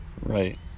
Right